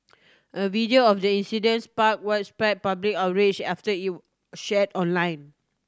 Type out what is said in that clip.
a video of the incident spark widespread public outrage after it were share online